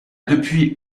depuis